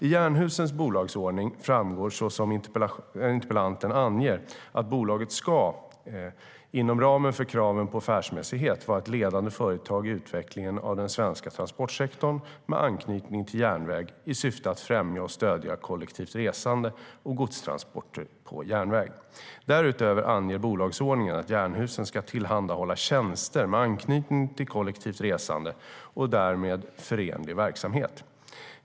I Jernhusens bolagsordning framgår, såsom som interpellanten anger, att bolaget ska, inom ramen för kravet på affärsmässighet, vara ett ledande företag i utvecklingen av den svenska transportsektorn med anknytning till järnväg i syfte att främja och stödja kollektivt resande och godstransporter på järnväg. Därutöver anger bolagsordningen att Jernhusen ska tillhandahålla tjänster med anknytning till kollektivt resande och därmed förenlig verksamhet.